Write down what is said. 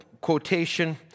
quotation